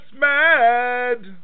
mad